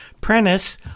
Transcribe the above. Prentice